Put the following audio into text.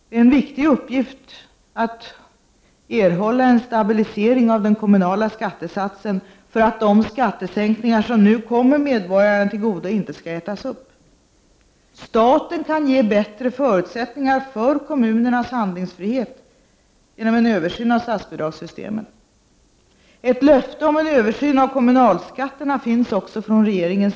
Det är en viktig uppgift att erhålla en stabilisering av den kommunala skattesatsen för att de skattesänkningar som nu kommer medborgarna tillgodo inte skall ätas upp. Staten kan ge bättre förutsättningar för kommunernas handlingsfrihet genom en översyn av statsbidragssystemen. Ett löfte om en översyn av kommunalskatterna finns också från regeringen.